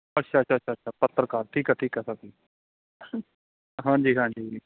ਅੱਛਾ ਅੱਛਾ ਅੱਛਾ ਅੱਛਾ ਪੱਤਰਕਾਰ ਠੀਕ ਆ ਠੀਕ ਆ ਸਰ ਜੀ ਹਾਂਜੀ ਹਾਂਜੀ ਜੀ